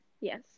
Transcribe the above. Yes